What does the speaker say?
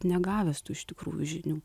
negavęs tų iš tikrųjų žinių